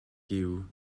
giw